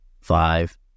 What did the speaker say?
Five